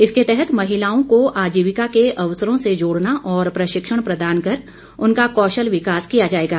इसके तहत महिलाओं को आजीविका के अवसरों से जोड़ना और प्रशिक्षण प्रदान कर उनका कौशल विकास किया जाएगा